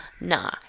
Nah